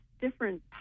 different